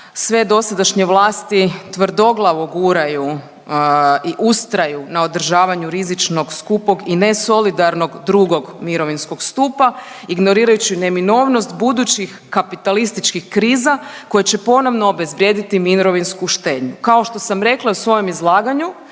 sve dosadašnje vlasti tvrdoglavo guraju i ustraju na održavanju rizičnog, skupog i nesolidarnog II. mirovinskog stupa ignorirajući neminovnost budućih kapitalističkih kriza koje će ponovno obezvrijedi mirovinsku štednju. Kao što sam rekla i u svojem izlaganju,